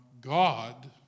God